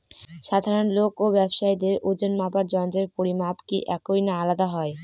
সাধারণ লোক ও ব্যাবসায়ীদের ওজনমাপার যন্ত্রের পরিমাপ কি একই না আলাদা হয়?